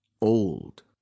old